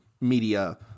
media